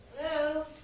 no